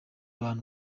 abantu